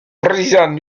président